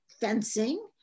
fencing